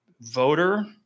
voter